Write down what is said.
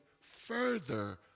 further